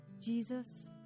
Jesus